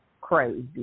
crazy